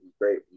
great